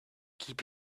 keep